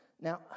Now